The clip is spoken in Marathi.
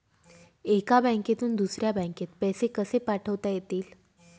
एका बँकेतून दुसऱ्या बँकेत पैसे कसे पाठवता येतील?